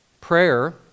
prayer